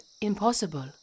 impossible